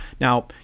Now